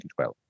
2012